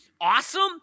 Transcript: awesome